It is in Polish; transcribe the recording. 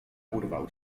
urwał